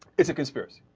is a conspiracy